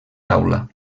taula